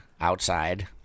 outside